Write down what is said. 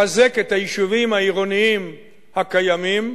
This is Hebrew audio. לחזק את היישובים העירוניים הקיימים,